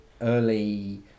early